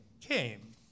came